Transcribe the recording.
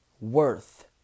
worth